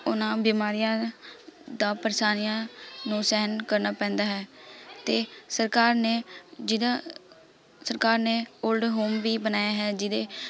ਉਨ੍ਹਾਂ ਬਿਮਾਰੀਆਂ ਦਾ ਪ੍ਰੇਸ਼ਾਨੀਆਂ ਨੂੰ ਸਹਿਣ ਕਰਨਾ ਪੈਂਦਾ ਹੈ ਅਤੇ ਸਰਕਾਰ ਨੇ ਜਿੱਦਾਂ ਸਰਕਾਰ ਨੇ ਓਲਡ ਹੋਮ ਵੀ ਬਣਾਇਆ ਹੈ ਜਿਹਦੇ